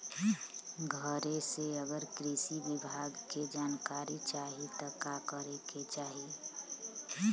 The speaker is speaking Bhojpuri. घरे से अगर कृषि विभाग के जानकारी चाहीत का करे के चाही?